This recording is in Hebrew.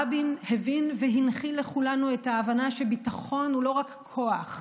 רבין הבין והנחיל לכולנו את ההבנה שביטחון הוא לא רק כוח,